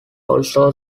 also